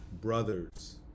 brothers